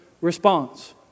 response